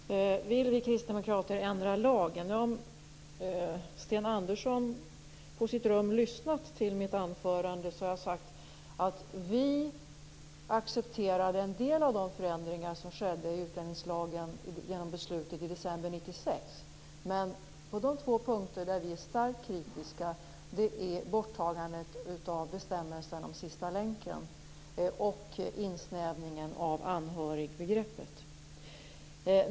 Herr talman! Vill vi kristdemokrater ändra lagen? Om Sten Andersson på sitt rum hade lyssnat till mitt anförande hade han hört att jag sade att vi accepterar en del av de förändringar som skedde i utlänningslagen genom beslutet i december 1996. Men de två punkter som vi är starkt kritiska till är borttagandet av bestämmelsen om sista länken och insnävningen av anhörigbegreppet.